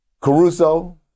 Caruso